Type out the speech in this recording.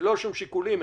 ללא שום שיקולים,